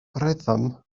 rhythm